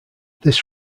this